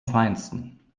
feinsten